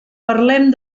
parlem